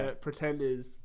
Pretenders